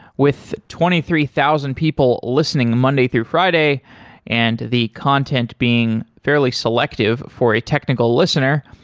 with twenty three thousand people listening monday through friday and the content being fairly selective for a technical listener,